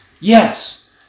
Yes